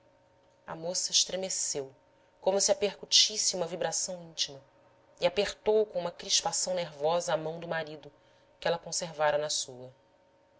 a moça estremeceu como se a percutisse uma vibração íntima e apertou com uma crispação nervosa a mão do marido que ela conservara na sua